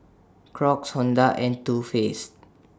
Crocs Honda and Too Faced